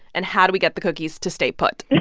and how do we get the cookies to stay put?